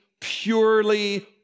purely